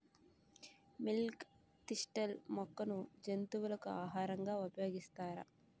Milk thistle మొక్కను జంతువులకు ఆహారంగా ఉపయోగిస్తారా?